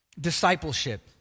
discipleship